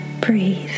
Breathe